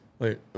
Wait